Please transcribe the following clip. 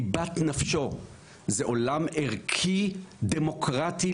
ליבת נפשו זה עולם ערכי דמוקרטי,